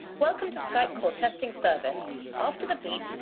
welcome to skype call testing service after the beep,